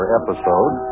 episode